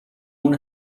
اون